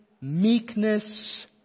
meekness